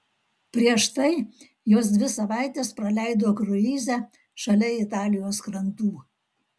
prieš tai jos dvi savaites praleido kruize šalia italijos krantų